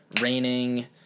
raining